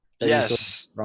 Yes